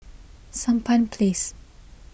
Sampan Place